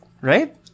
right